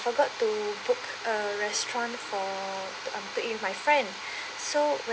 forgot to book a restaurant for um to eat with my friend so when